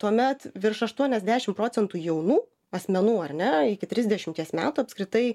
tuomet virš aštuoniasdešim procentų jaunų asmenų ar ne iki trisdešimties metų apskritai